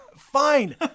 Fine